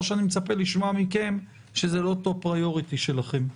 או שאני מצפה לשמוע מכם שזה לא טופ-פריוריטי שלכם.